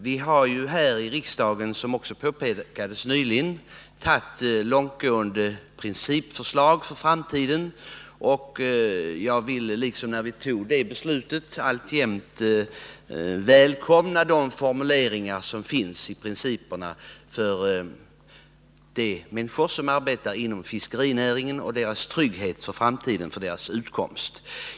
Vi har här i riksdagen, som nyss påpekades, tagit långtgående principbeslut för framtiden, och jag välkomnar nu liksom när vi fattade det beslutet formuleringarna om att de människor som arbetar inom fiskerinäringen skall ha samma trygghet för framtiden som andra jämförbara grupper.